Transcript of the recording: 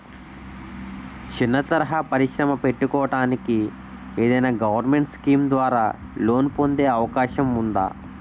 చిన్న తరహా పరిశ్రమ పెట్టుకోటానికి ఏదైనా గవర్నమెంట్ స్కీం ద్వారా లోన్ పొందే అవకాశం ఉందా?